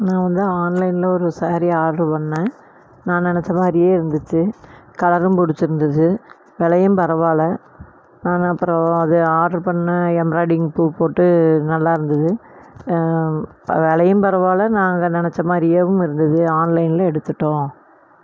நான் வந்து ஆன்லைனில் ஒரு ஸாரி ஆர்டர் பண்ணிணேன் நான் நினச்ச மாதிரியே இருந்துச்சு கலரும் பிடிச்சிருந்துது விலையும் பரவாயில்ல நான் அப்புறம் ஆர்டர் பண்ணிணேன் எம்ராய்டிங் பூ போட்டு நல்லா இருந்தது விலையும் பரவாயில்ல நாங்கள் நினைச்ச மாதிரியேவும் இருந்தது ஆன்லைனில் எடுத்துவிட்டோம்